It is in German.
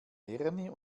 ernie